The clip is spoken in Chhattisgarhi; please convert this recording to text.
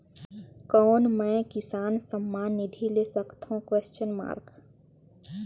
कौन मै किसान सम्मान निधि ले सकथौं?